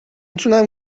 تونم